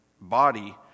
body